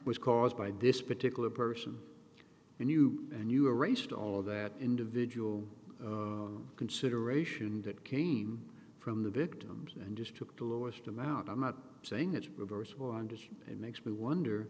was caused by this particular person and you and you erased all of that individual consideration that cane from the victims and just took the lowest amount i'm not saying it's reversible i'm just it makes me wonder